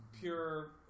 pure